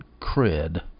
cred